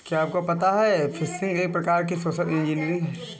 क्या आपको पता है फ़िशिंग एक प्रकार की सोशल इंजीनियरिंग है?